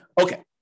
Okay